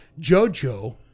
Jojo